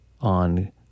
on